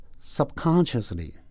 Subconsciously